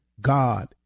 God